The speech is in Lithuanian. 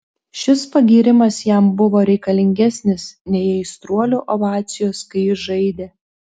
šis pagyrimas jam buvo reikalingesnis nei aistruolių ovacijos kai jis žaidė